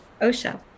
Osha